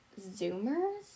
zoomers